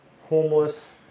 homeless